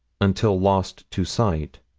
until lost to sight.